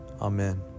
Amen